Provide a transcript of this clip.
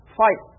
fight